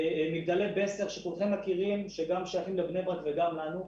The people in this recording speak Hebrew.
מגדלי בסטר שכולכם מכירים ששייכים בם לבני ברק וגם לנו,